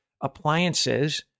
appliances